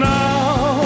now